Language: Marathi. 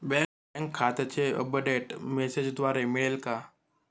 बँक खात्याचे अपडेट मेसेजद्वारे मिळेल का?